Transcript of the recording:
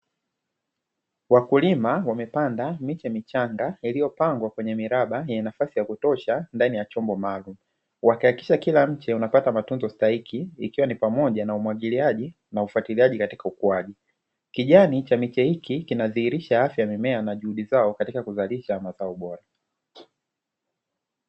Wakulima wamepanda miche michanga iliyopangwa kwenye miraba ya nafasi ya kutosha ndani ya chombo maalumu wakihakikisha kila mche unapata matunzo stahiki ikiwa ni pamoja na umwagiliaji na ufatiliaji katika ukuaji. Kijani cha miche hiki kinadhihirisha afya mimea na juhudi zao katika kuzalisha mazao bora.